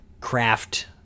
craft